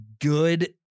good